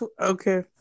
okay